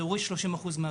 זה הוריד 30% מהגודש.